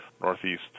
northeast